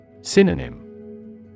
Synonym